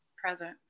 present